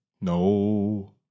no